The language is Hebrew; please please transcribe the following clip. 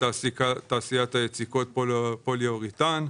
את תעשיית היציקות פוליאוריתן,